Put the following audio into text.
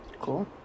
Cool